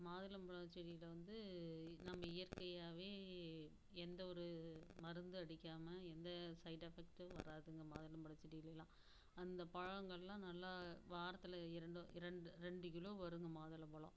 மாதுளம்பழம் செடியில் வந்து நம்ம இயற்கையாகவே எந்த ஒரு மருந்து அடிக்காமல் எந்த சைடு எஃபெக்டும் வராதுங்க மாதுளம்பழம் செடிலலாம் அந்த பழங்கள்லாம் நல்லா வாரத்தில் இரண்டு இரண்டு ரெண்டு கிலோ வருங்க மாதுளம்பழம்